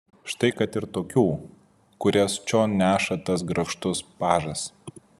štai kad ir tokių kurias čion neša tas grakštus pažas